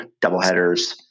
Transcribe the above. doubleheaders